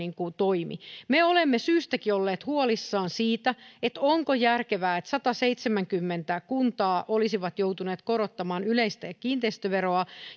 toimi me olemme syystäkin olleet huolissamme siitä onko järkevää että sataseitsemänkymmentä kuntaa olisi joutunut korottamaan yleistä kiinteistöveroa